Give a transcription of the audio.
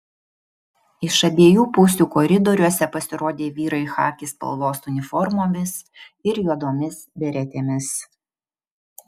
iš abiejų pusių koridoriuose pasirodė vyrai chaki spalvos uniformomis ir juodomis beretėmis